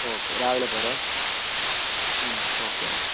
okay രാവിലെ പോര് ആ ഓക്കേ എന്നാൽ